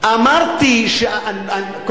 אמרת שאנחנו ששים להיפטר ממנה,